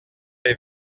les